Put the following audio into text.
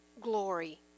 glory